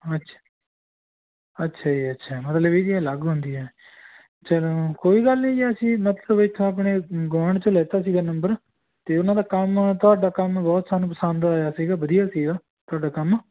ਅੱਛਾ ਅੱਛਾ ਜੀ ਅੱਛਾ ਮਤਲਬ ਇਹਦੀ ਅਲੱਗ ਹੁੰਦੀ ਹੈ ਚਲੋ ਕੋਈ ਗੱਲ ਨਹੀਂ ਜੀ ਅਸੀਂ ਆਪਣੇ ਗੁਆਂਢ 'ਚੋਂ ਲੈਤਾ ਸੀਗਾ ਨੰਬਰ ਅਤੇ ਉਹਨਾਂ ਦਾ ਕੰਮ ਤੁਹਾਡਾ ਕੰਮ ਬਹੁਤ ਸਾਨੂੰ ਪਸੰਦ ਆਇਆ ਸੀਗਾ ਵਧੀਆ ਸੀਗਾ ਤੁਹਾਡਾ ਕੰਮ